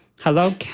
Hello